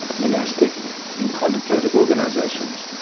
monastic and contemplative organisations,